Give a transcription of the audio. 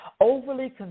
overly